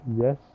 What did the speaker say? yes